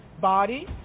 body